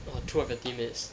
oh two of your teammates